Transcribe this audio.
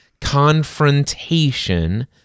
confrontation